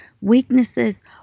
weaknesses